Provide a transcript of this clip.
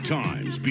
times